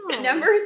number